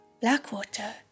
Blackwater